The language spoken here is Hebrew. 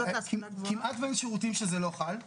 כמעט שאין שירותים שזה לא חל.